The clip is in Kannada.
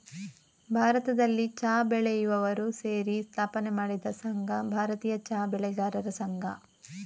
ಭಾರತದಲ್ಲಿ ಚಾ ಬೆಳೆಯುವವರು ಸೇರಿ ಸ್ಥಾಪನೆ ಮಾಡಿದ ಸಂಘ ಭಾರತೀಯ ಚಾ ಬೆಳೆಗಾರರ ಸಂಘ